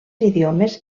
idiomes